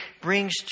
brings